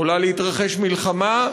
יכולה להתרחש מלחמה,